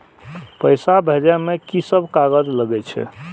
पैसा भेजे में की सब कागज लगे छै?